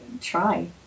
try